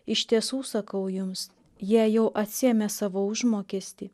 iš tiesų sakau jums jie jau atsiėmė savo užmokestį